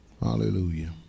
Hallelujah